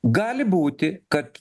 gali būti kad